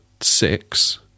six